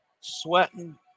sweating